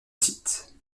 site